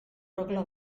rogle